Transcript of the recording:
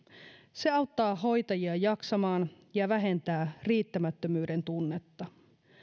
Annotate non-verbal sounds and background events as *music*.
se auttaa hoitajia jaksamaan *unintelligible* ja vähentää riittämättömyyden tunnetta